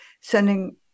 sending